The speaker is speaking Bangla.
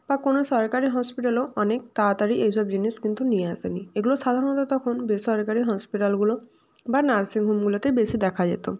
বা কোনো সরকারি হসপিটালেও অনেক তাড়াতাড়ি এই সব জিনিস কিন্তু নিয়ে আসেনি এগুলো সাধারণত তখন বেসরকারি হসপিটালগুলো বা নার্সিং হোমগুলোতে বেশি দেখা যেত